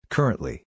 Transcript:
Currently